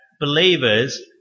believers